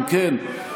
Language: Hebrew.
אם כן,